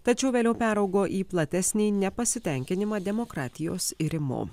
tačiau vėliau peraugo į platesnį nepasitenkinimą demokratijos irimu